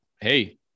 hey